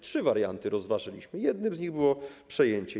Trzy warianty rozważyliśmy, jednym z nich było przejęcie.